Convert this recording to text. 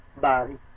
body